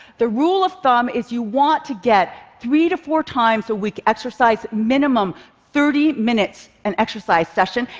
the rule of thumb is you want to get three to four times a week exercise minimum thirty minutes an exercise session,